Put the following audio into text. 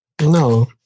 No